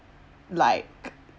like